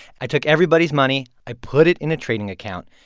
i took everybody's money. i put it in a trading account.